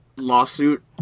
Lawsuit